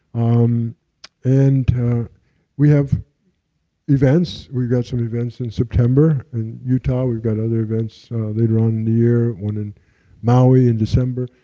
um and we have events, we've got some events in september in utah. we've got some other events later on year, one in maui in december.